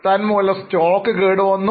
തന്മൂലം നിങ്ങളുടെ സ്റ്റോക്കുകൾ കേടായി